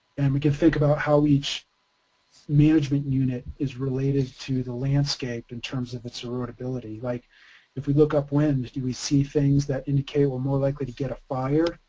and we can think about how each management unit is related to the landscape in terms of it's erodibility. like if we look up wind do we see things that indicate we're more likely to get a fire?